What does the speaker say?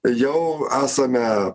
jau esame